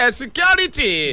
security